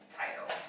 title